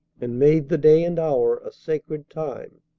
and made the day and hour a sacred time.